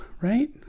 right